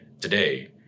today